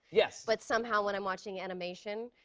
yeah but somehow when i'm watching animation,